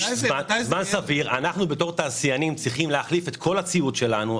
אנחנו צריכים להחליף את כל הציוד שלנו,